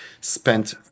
spent